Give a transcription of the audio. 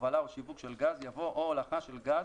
הובלה או שיווק של גז" יבוא "או הולכה של גז,